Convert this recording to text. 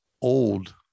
old